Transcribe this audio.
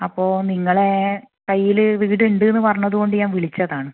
അപ്പോൾ നിങ്ങളുടെ കയ്യില് വീടുണ്ട് എന്ന് പറഞ്ഞതുകൊണ്ട് ഞാൻ വിളിച്ചതാണ്